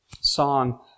song